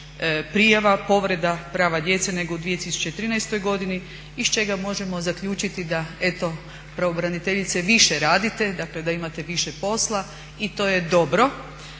prijava, povreda prava djece nego u 2013. godini iz čega možemo zaključiti da eto pravobraniteljice više radite, dakle da imate više posla. I to je dobro